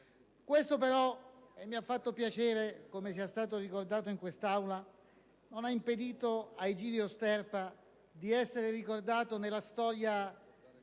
Questo però - e mi ha fatto piacere come sia stato ricordato in quest'Aula - non ha impedito ad Egidio Sterpa di essere ricordato nella storia